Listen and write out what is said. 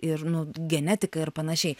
ir nu genetiką ir panašiai